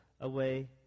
away